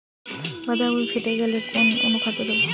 বাঁধাকপি ফেটে গেলে কোন অনুখাদ্য দেবো?